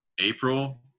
April